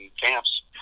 camps